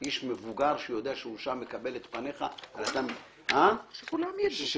איש מבוגר שיודע שהוא שם לקבל את פניך --- שכולם ידעו.